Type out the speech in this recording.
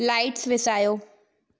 lights विसायो